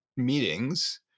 Meetings